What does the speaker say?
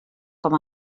com